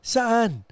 Saan